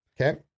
Okay